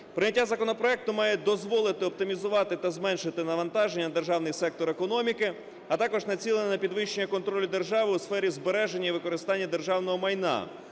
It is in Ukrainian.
Прийняття законопроекту має дозволити оптимізувати та зменшити навантаження на державний сектор економіки, а також націлений на підвищення контролю держави у сфері збереження і використання державного майна,